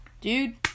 Dude